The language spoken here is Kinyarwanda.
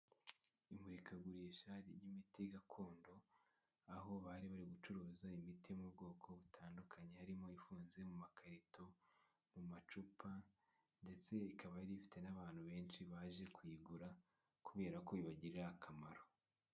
Imurikagurisha ry'imiti gakondo aho bari bari gucuruza imiti mu bwoko butandukanye harimo ifunze mu makarito ,mu macupa ndetse rikaba rifite n'abantu benshi baje kuyigura kubera ko bibagirira akamaro.